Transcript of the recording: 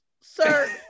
sir